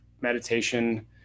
Meditation